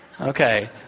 Okay